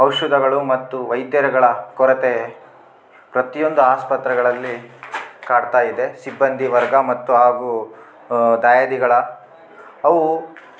ಔಷಧಿಗಳು ಮತ್ತು ವೈದ್ಯರುಗಳ ಕೊರತೆ ಪ್ರತಿ ಒಂದು ಆಸ್ಪತ್ರೆಗಳಲ್ಲಿ ಕಾಡ್ತಾಯಿದೆ ಸಿಬ್ಬಂದಿ ವರ್ಗ ಮತ್ತು ಹಾಗು ದಯಾದಿಗಳು ಅವು